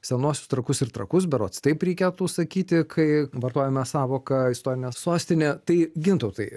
senuosius trakus ir trakus berods taip reikėtų sakyti kai vartojame sąvoką istorinė sostinė tai gintautai